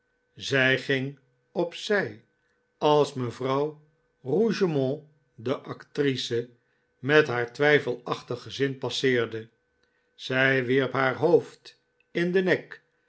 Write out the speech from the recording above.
zij ging op zij als mevrouw rougemont de actrice met haar twijfelachtig gezin passeerde zij wierp haar hoofd in den nek